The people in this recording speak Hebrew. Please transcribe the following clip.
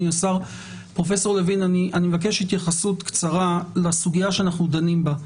אני מבקש התייחסות קצרה לסוגיה שאנחנו דנים בה.